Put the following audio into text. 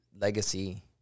legacy